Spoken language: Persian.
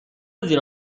زیر